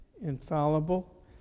infallible